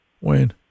wayne